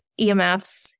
EMFs